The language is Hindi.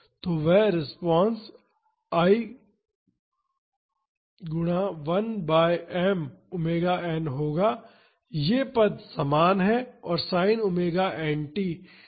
तो वह रिस्पांस माइनस I गुना 1 बाई m ओमेगा n होगा ये पद समान हैं और sin omega n t minus td हैं